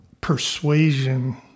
persuasion